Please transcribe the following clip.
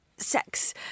sex